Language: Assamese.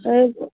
সেইবোৰ